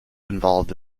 involved